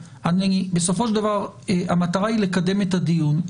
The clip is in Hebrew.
בסופו של דבר המטרה היא לקדם את הדיון.